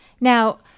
Now